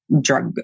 drug